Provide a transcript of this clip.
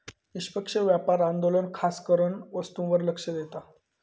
निष्पक्ष व्यापार आंदोलन खासकरान वस्तूंवर लक्ष देता